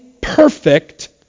perfect